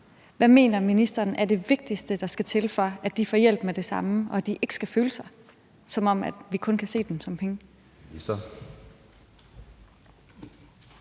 hvad mener ministeren er det vigtigste, der skal til, for at de får hjælp med det samme og de ikke skal føle det, som om vi kun kan se dem som penge?